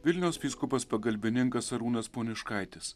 vilniaus vyskupas pagalbininkas arūnas poniškaitis